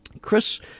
Chris